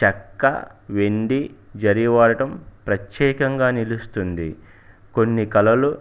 చెక్క వెండి జరీ వాడటం ప్రత్యేకంగా నిలుస్తుంది కొన్ని కళలు